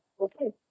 Okay